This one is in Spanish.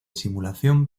simulación